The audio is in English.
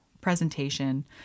presentation